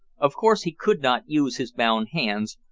of course he could not use his bound hands,